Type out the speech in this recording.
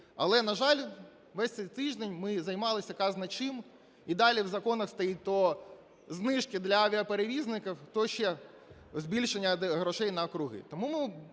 Але, на жаль, весь цей тиждень ми займалися казна-чим, і далі в законах стоїть то знижки для авіаперевізників, то ще збільшення грошей на округи.